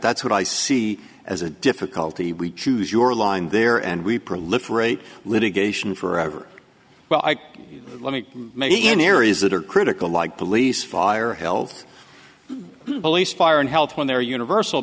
that's what i see as a difficulty we choose your line there and we proliferate litigation forever well i let me make it in areas that are critical like police fire health police fire and health when they're universal